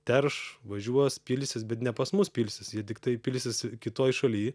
terš važiuos pilsis bet ne pas mus pilsis jie tiktai pilsis kitoj šaly